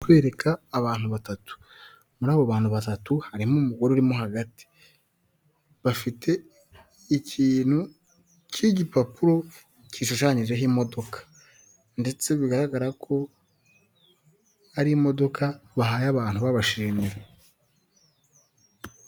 Barakwereka abantu batatu, muri abo bantu batatu harimo umugore urimo hagati, bafite ikintu cy'igipapuro gishushanyijeho imodoka ndetse bigaragara ko ari imodoka bahaye abantu babashimiye.